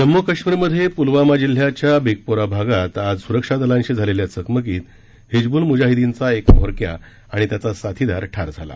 जम्मू कश्मीरमधे पुलवामा जिल्ह्याच्या बिघपोरा भागात आज सुरक्षा दलांशी झालेल्या चकमकीत हिजबुल मुजाहिदिनचा एक म्होरक्या आणि त्याचा साथीदार ठार झाला